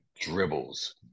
dribbles